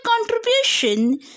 contribution